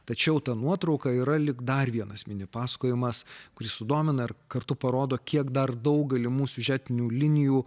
tačiau ta nuotrauka yra lyg dar vienas mini pasakojimas kuris sudomina ir kartu parodo kiek dar daug galimų siužetinių linijų